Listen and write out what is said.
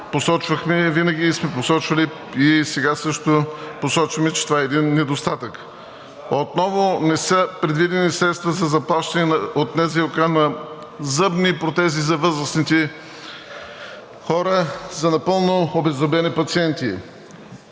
посочвахме, винаги сме посочвали и сега също посочваме, че това е един недостатък. Отново не са предвидени средства за заплащане от НЗОК на зъбни протези за възрастните хора и напълно обеззъбени пациенти.